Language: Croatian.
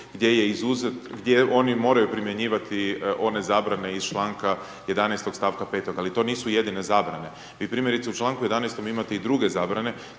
gdje oni moraju primjenjivati one zabrane iz čl. 11. st. 5., ali to nisu jedine zabrane. Vi primjerice u čl. 11. imate i druge zabrane,